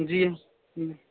जी